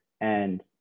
And-